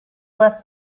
left